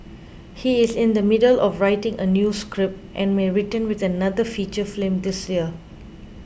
he is in the middle of writing a new script and may return with another feature film this year